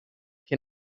can